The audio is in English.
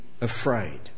afraid